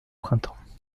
printemps